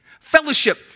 fellowship